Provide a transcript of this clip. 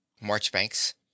Marchbanks